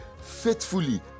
faithfully